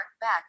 Back